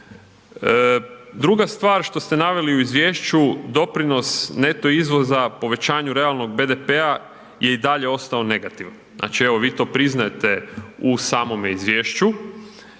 Druga stvar što ste naveli u izvješću, doprinos neto izvoza povećanju realnog BDP-a je i dalje ostao negativan, znači evo vi to priznajete u samome izvješću